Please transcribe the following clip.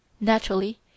Naturally